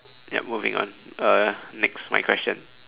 yup moving on uh next my question